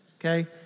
okay